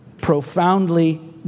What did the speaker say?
profoundly